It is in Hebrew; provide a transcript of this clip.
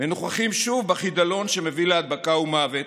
ונוכחים שוב בחידלון שמביא להדבקה ומוות,